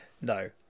No